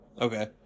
Okay